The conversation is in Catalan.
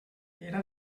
era